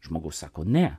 žmogus sako ne